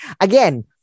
again